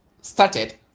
started